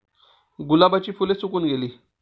गुलाबाची फुले सुकून गेली